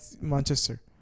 Manchester